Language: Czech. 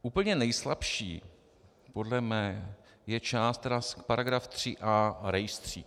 Úplně nejslabší podle mě je část, § 3a, rejstřík.